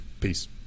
peace